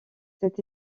cette